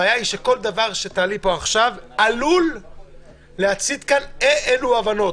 הבעיה היא שכל דבר שתעלי פה עכשיו עלול להצית כאן אי אלו אי הבנות.